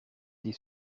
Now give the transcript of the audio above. des